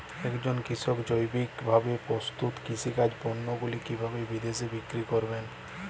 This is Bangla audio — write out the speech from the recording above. একজন কৃষক জৈবিকভাবে প্রস্তুত কৃষিজাত পণ্যগুলি কিভাবে বিদেশে বিক্রি করবেন?